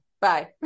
Bye